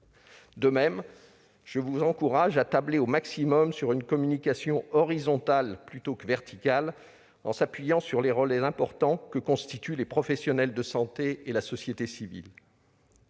De même, je vous encourage à tabler au maximum sur une communication horizontale, plutôt que verticale, et à vous appuyer sur les relais importants que constituent les professionnels de santé et la société civile.